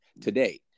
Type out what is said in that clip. today